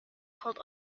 pulled